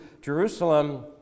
Jerusalem